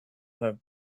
that